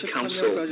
Council